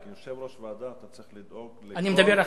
-- שכיושב-ראש ועדה אתה צריך לדאוג לכל --- אני מדבר עכשיו,